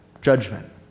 judgment